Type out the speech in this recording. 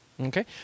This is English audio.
Okay